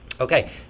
okay